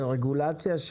ברגולציה,